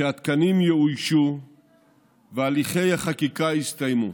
כשהתקנים יאוישו והליכי החקיקה יסתיימו.